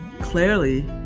clearly